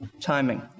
timing